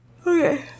Okay